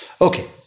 Okay